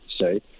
say